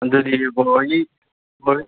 ꯑꯗꯨꯗꯤ ꯕ꯭ꯔꯣ ꯍꯣꯏꯒꯤ ꯍꯣꯏ